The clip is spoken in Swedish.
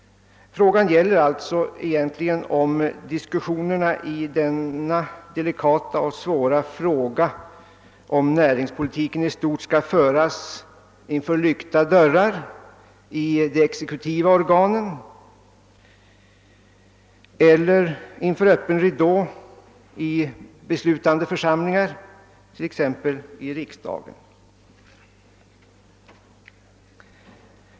Frågan gäller alltså egentligen, om diskussionerna i denna delikata och svåra fråga om näringspolitiken i stort skall föras innanför lyckta dörrar i de exekutiva organen eller inför öppen ridå i beslutande församlingar, t.ex. i riksdagen.